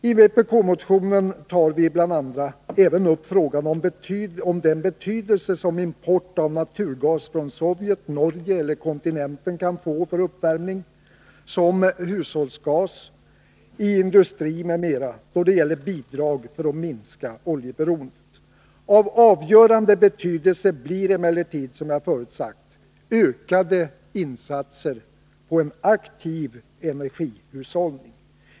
I vpk-motionen tar vi även upp frågan om den betydelse som import av naturgas från Sovjet, Norge eller kontinenten kan få för uppvärmning, som hushållsgas, i industrin m.m. då det gäller bidrag för att minska oljeberoendet. Av avgörande betydelse blir emellertid, som jag förut sagt, ökade insatser på en aktiv energihushållning.